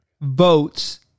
votes